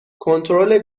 کنترل